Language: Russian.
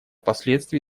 последствий